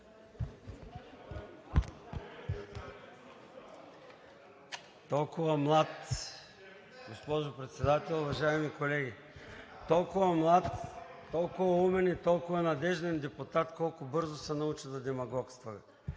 ЦОНЕВ (ДПС): Госпожо Председател, уважаеми колеги! Толкова млад, толкова умен и толкова надежден депутат, а колко бързо се научи да демагогства.